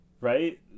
right